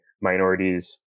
minorities